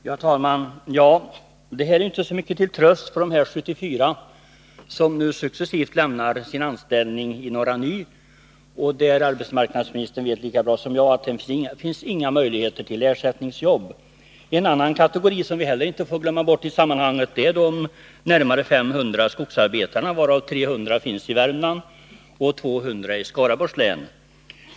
Herr talman! Det är inte så mycket till tröst för de 74 som nu successivt lämnar sin anställning i Norra Ny, där det — det vet arbetsmarknadsministern lika väl som jag — inte finns några möjligheter till ersättningsjobb. En annan kategori som vi inte heller får glömma bort i sammanhanget är de närmare 500 skogsarbetarna, varav 300 finns i Värmland och 200 i Skaraborgs län.